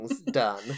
done